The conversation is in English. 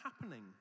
happening